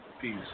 Peace